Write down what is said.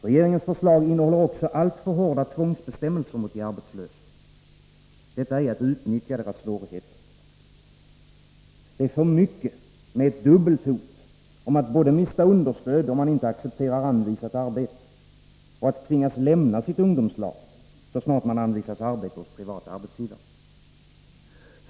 Regeringens förslag innehåller också alltför hårda tvångsbestämmelser mot de arbetslösa. Detta är att utnyttja de arbetslösas svåra situation. Det är för mycket med ett dubbelt hot om att både mista understöd om man inte accepterar anvisat arbete och tvingas lämna sitt ungdomslag, så snart man anvisas arbete hos privat arbetsgivare.